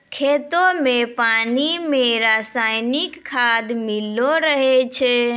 खेतो रो पानी मे रसायनिकी खाद मिल्लो रहै छै